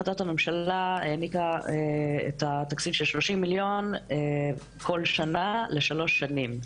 החלטת הממשלה העניקה את התקציב של 30 מיליון בכל שנה לשלוש שנים,